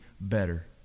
better